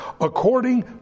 according